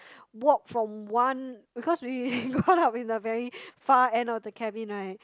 walk from one because we go up in the very far end of the cabin right